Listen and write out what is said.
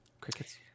Crickets